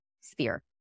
sphere